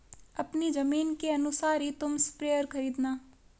अपनी जमीन के अनुसार ही तुम स्प्रेयर खरीदना